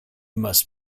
must